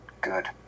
Good